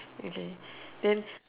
okay then